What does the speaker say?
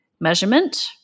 measurement